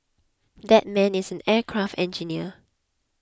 that man is an aircraft engineer